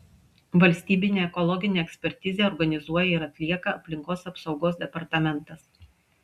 valstybinę ekologinę ekspertizę organizuoja ir atlieka aplinkos apsaugos departamentas